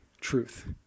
truth